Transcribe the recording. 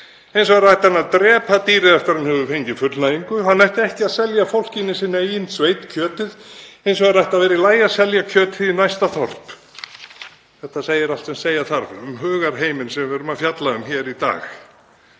Hins vegar ætti hann að drepa dýrið eftir að hann hefur fengið fullnægingu. Hann ætti ekki að selja fólkinu í sinni eigin sveit kjötið. Hins vegar ætti að vera í lagi að selja kjötið í næsta þorp.“ Þetta segir allt sem segja þarf um hugarheiminn sem við erum að fjalla um hér í dag